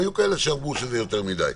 והיו כאלה שאמרו שזה יותר מדי.